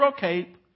cape